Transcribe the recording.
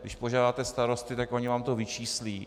Když požádáte starosty, tak oni vám to vyčíslí.